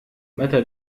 متى